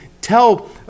tell